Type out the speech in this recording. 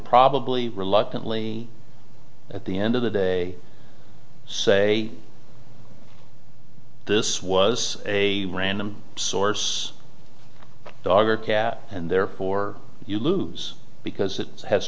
probably reluctantly at the end of the day say this was a random source dog or cat and therefore you lose because it has